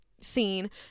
scene